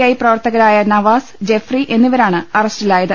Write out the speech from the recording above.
I പ്രവർത്തകരായ നവാസ് Jeffrey എന്നിവരാണ് അറസ്റ്റിലായത്